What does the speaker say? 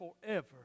forever